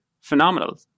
phenomenal